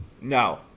No